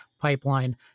Pipeline